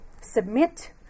submit